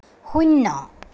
শূন্য